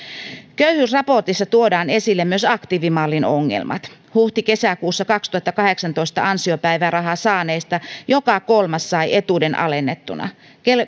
köyhyysraportissa tuodaan esille myös aktiivimallin ongelmat huhti kesäkuussa kaksituhattakahdeksantoista ansiopäivärahaa saaneista joka kolmas sai etuuden alennettuna